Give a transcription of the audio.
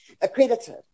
accredited